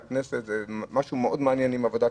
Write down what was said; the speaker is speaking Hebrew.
מהכנסת ה-18 אני נמצא בוועדה,